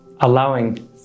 allowing